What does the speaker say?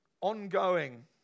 ongoing